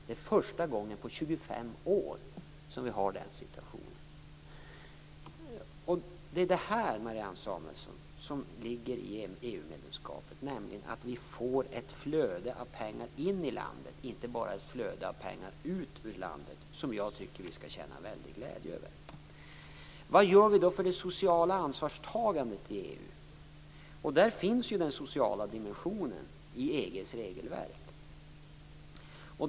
Det är första gången på 25 år som vi har den situationen. Det är det här som ligger i EU-medlemskapet, Marianne Samuelsson, nämligen att vi får ett flöde av pengar in i landet, inte bara ett flöde av pengar ut ur landet. Jag tycker att vi skall känna en väldig glädje över det. Vad gör vi då för det sociala ansvarstagandet i EU? Där finns ju den sociala dimensionen i EG:s regelverk.